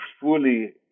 fully